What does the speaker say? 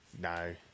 no